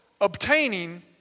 obtaining